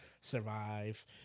survive